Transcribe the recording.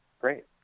great